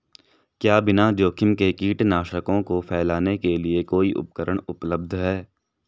क्या बिना जोखिम के कीटनाशकों को फैलाने के लिए कोई उपकरण उपलब्ध है?